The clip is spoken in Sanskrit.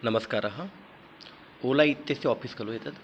नमस्कारः ओला इत्यस्य आफ़ीस् खलु एतत्